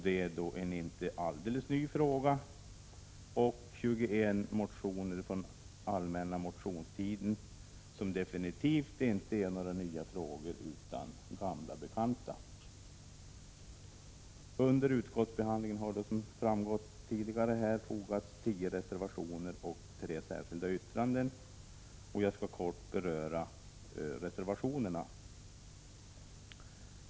Det är en inte alldeles ny fråga. Härtill kommer 21 motioner från allmänna motionstiden, vilka definitivt inte är några nya frågor utan gamla bekanta. Under utskottsbehandlingen har det, som framgått tidigare, fogats tio reservationer och tre särskilda yttranden till betänkandet. Jag skall kort beröra reservationerna.